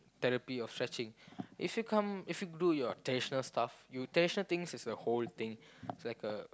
therapy or stretching if you come if you do your traditional stuff you traditional thing is the whole thing